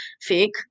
fake